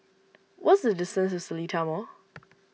what is the distance to Seletar Mall